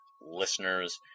listeners